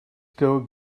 still